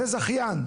זה זכיין.